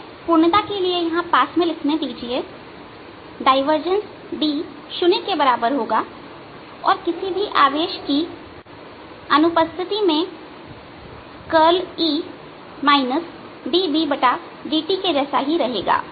मुझे पूर्णता के लिए यहां पास में लिखने दीजिए डायवर्जेंस D शून्य के बराबर होगा और किसी भी आवेश की अनुपस्थिति में कर्ल E dbdt के जैसा ही रहेगा